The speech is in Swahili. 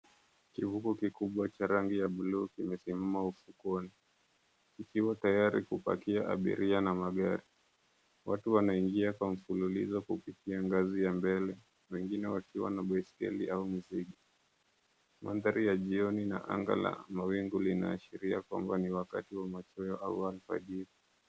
Kivuko kikubwa cha rangi ya buluu kimesimama ufukweni kikiwa tayari kupakia abiria na magari. Watu wanaingia kwa mfululizo kupitia ngazi ya mbele, wengine wakiwa na baiskeli au mizigo. Mandhari ya jioni na anga la mawingu linaashiria kwamba ni wakati wa machweo au alfajiri.